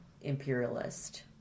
imperialist